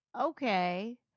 okay